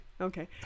Okay